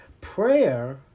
Prayer